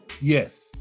Yes